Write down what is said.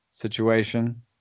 situation